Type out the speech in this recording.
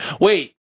Wait